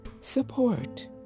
support